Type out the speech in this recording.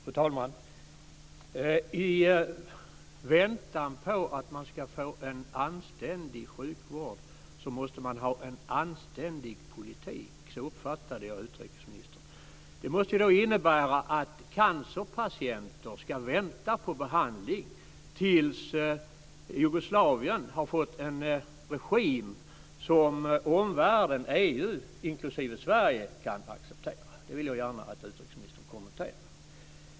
Fru talman! I väntan på att man ska få en anständig sjukvård så måste man ha en anständig politik. Så uppfattade jag utrikesministern. Det måste då innebära att cancerpatienter ska vänta på behandling tills Jugoslavien har fått en regim som omvärlden och EU, inklusive Sverige, kan acceptera. Det här vill jag gärna att utrikesministern kommenterar.